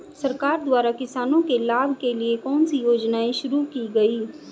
सरकार द्वारा किसानों के लाभ के लिए कौन सी योजनाएँ शुरू की गईं?